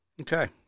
Okay